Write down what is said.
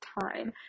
Time